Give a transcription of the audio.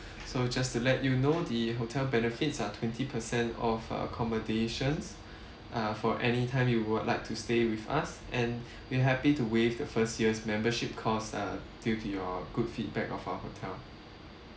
so just to let you know the hotel benefits are twenty percent off uh accommodations uh for anytime you would like to stay with us and we're happy to waive the first year's membership cost uh due to your good feedback of our hotel